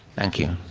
thank you.